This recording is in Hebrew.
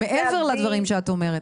זה מעבר לדברים שאת אומרת,